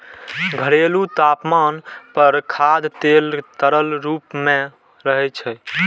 घरेलू तापमान पर खाद्य तेल तरल रूप मे रहै छै